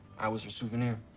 i was her souvenir.